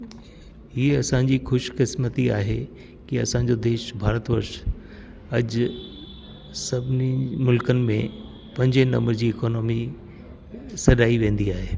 हीअ असांजी ख़ुशकिस्मती आहे की असांजो देश भरत वर्ष अॼ सभिनी मुल्कनि में पंजे नंबर जी इक्नॉमी सॾाई वेंदी आहे